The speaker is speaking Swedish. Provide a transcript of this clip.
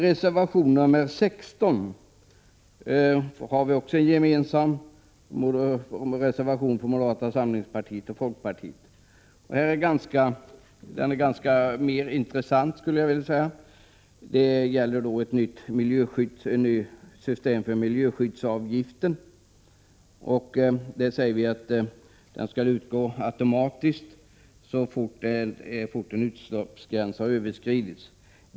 Reservation nr 16, som också är en gemensam reservation från moderata samlingspartiet och folkpartiet, är mer intressant. Den gäller ett nytt system för miljöskyddsavgifter. Vi säger att miljöskyddsavgiften skall utgå automatiskt så fort en utsläppsgräns har överskridits.